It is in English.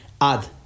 add